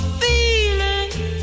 feeling